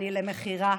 אני למכירה.